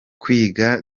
kwiga